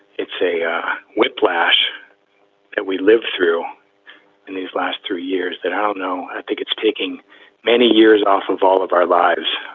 it's a um whiplash that we live through in these last three years that i don't know. i think it's taking many years off of all of our lives,